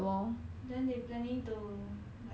mmhmm